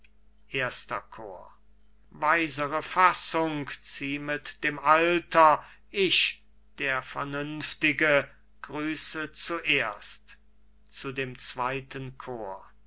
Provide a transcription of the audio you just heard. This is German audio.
erster chor cajetan weisere fassung ziemet dem alter ich der vernünftige grüße zuerst zu dem zweiten chor